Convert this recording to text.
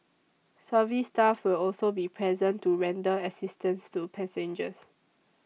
service staff will also be present to render assistance to passengers